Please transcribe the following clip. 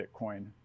bitcoin